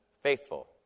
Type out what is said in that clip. faithful